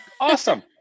awesome